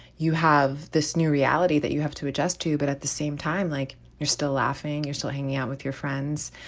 you have this new reality that you have to adjust to. but at the same time, like you're still laughing, you're still hanging out with your friends.